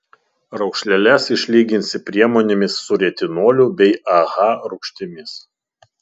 raukšleles išlyginsi priemonėmis su retinoliu bei aha rūgštimis